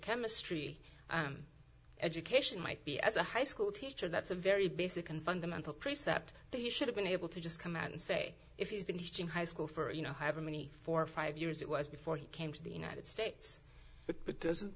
chemistry education might be as a high school teacher that's a very basic and fundamental precept that you should have been able to just come out and say if he's been teaching high school for you know however many four or five years it was before he came to the united states but doesn't